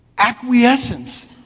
acquiescence